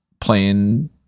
playing